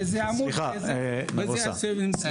איפה הם נמצאים.